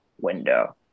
window